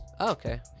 okay